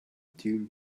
tune